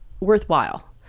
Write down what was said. worthwhile